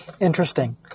Interesting